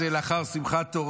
לאחר שמחת תורה,